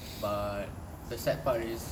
but the sad part is